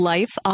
Life